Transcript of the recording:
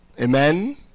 Amen